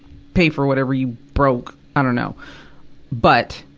pay for whatever you broke, i dunno. but,